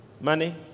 Money